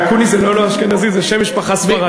אקוניס זה לא אשכנזי, זה שם משפחה ספרדי.